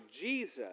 Jesus